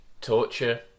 torture